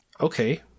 Okay